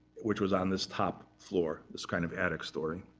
which was on this top floor, this, kind of, attic story,